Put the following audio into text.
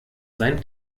seinen